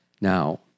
Now